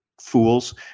fools